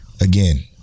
Again